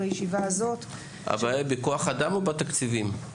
בישיבה הזאת --- הבעיה היא בכוח אדם או בתקציבים?